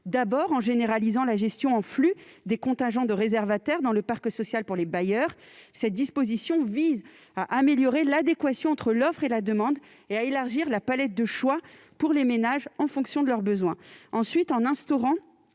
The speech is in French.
d'abord, elle a généralisé la gestion en flux des contingents de réservataires dans le parc social pour les bailleurs. Cette disposition vise à améliorer l'adéquation entre l'offre et la demande et à élargir la palette de choix pour les ménages, en fonction de leurs besoins. Cette loi a